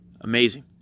Amazing